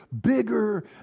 bigger